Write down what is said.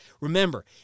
Remember